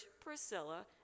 Priscilla